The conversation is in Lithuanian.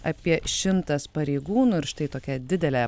apie šimtas pareigūnų ir štai tokia didelė